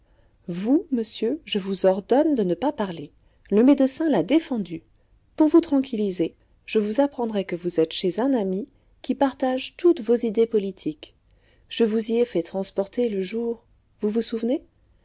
vous monsieur je vous ordonne de ne pas parler le médecin l'a défendu pour vous tranquilliser je vous apprendrai que vous êtes chez un ami qui partage toutes vos idées politiques je vous y ai fait transporter le jour vous vous souvenez